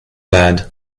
bad